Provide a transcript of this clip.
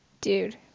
dude